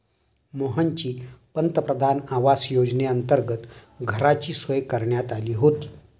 मोहनची पंतप्रधान आवास योजनेअंतर्गत घराची सोय करण्यात आली होती